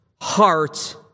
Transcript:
Heart